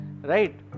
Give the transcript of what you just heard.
Right